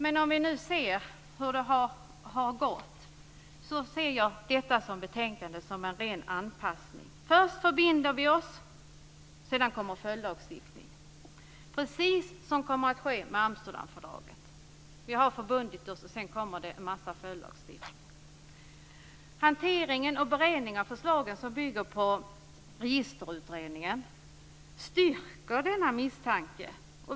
Men när vi nu ser hur det har gått ser jag detta betänkande som en ren anpassning. Först förbinder vi oss en sak. Sedan kommer följdlagstiftningen - precis så som kommer att ske med Amsterdamfördraget. Vi har ju där bundit upp oss. Sedan kommer en mängd följdlagstiftningar. Hanteringen och beredningen av förslagen, som bygger på Registerutredningen, styrker denna misstanke.